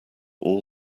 all